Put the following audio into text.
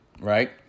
right